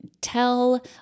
tell